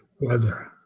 weather